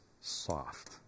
soft